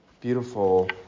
beautiful